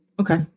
Okay